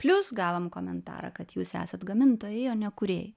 plius gavom komentarą kad jūs esat gamintojai o ne kūrėjai